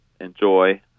enjoy